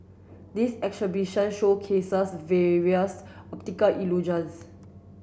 this exhibition showcases various optical illusions